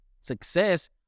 success